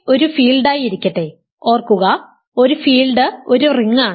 K ഒരു ഫീൽഡായിരിക്കട്ടെ ഓർക്കുക ഒരു ഫീൽഡ് ഒരു റിംഗാണ്